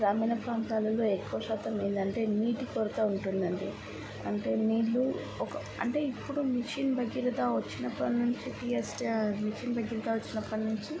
గ్రామీణ ప్రాంతాలలో ఎక్కువ శాతం ఏంటంటే నీటి కొరత ఉంటుందండి అంటే నీళ్ళు ఒక అంటే ఇప్పుడు మిషన్ భగీరథ వచ్చినప్పటి నుంచి టీఎస్ మిషన్ భగీరథ వచ్చినప్పటి నుంచి